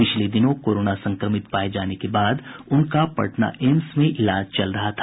पिछले दिनों कोरोना संक्रमित पाये जाने के बाद उनका पटना एम्स में इलाज चल रहा था